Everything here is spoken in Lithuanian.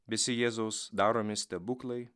visi jėzaus daromi stebuklai